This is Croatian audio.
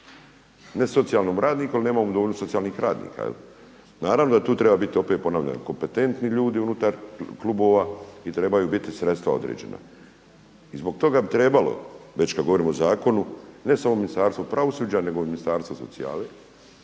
Ne socijalnom radniku jer nemamo dovoljno socijalnih radnika. Naravno da tu treba biti opet ponavljam kompetentni ljudi unutar klubova i trebaju biti sredstva određena. I zbog toga bi trebalo već kad govorimo o zakonu ne samo Ministarstvo pravosuđa nego i Ministarstvo socijale